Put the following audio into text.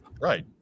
Right